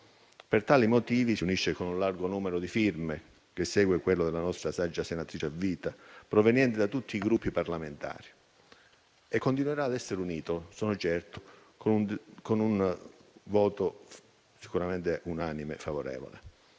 Per tali motivi, si unisce con un largo numero di firme, che segue quello della nostra saggia senatrice a vita, provenienti da tutti i Gruppi parlamentari e sono certo che continuerà ad essere unito con un voto unanimemente favorevole.